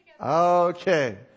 Okay